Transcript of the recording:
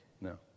no